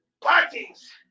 parties